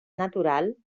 natural